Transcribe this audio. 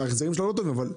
ההחזרים שלו לא טובים.